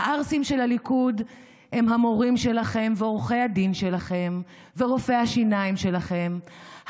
הערסים של הליכוד הם המורים שלכם ועורכי הדין שלכם ורופאי השיניים שלכם,